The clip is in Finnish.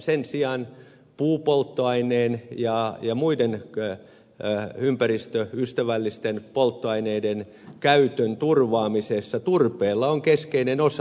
sen sijaan puupolttoaineen ja muiden ympäristöystävällisten polttoaineiden käytön turvaamisessa turpeella on keskeinen osa